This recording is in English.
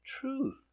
truth